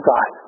God